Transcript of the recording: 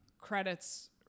credits